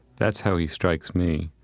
that's how he strikes me.